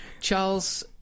Charles